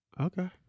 Okay